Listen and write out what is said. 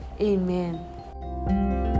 Amen